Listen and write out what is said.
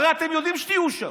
הרי אתם יודעים שתהיו שם.